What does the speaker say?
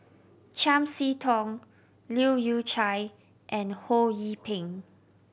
Chiam See Tong Leu Yew Chye and Ho Yee Ping